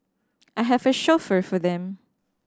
I have a chauffeur for them